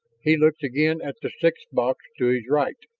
he looked again at the sixth box to his right.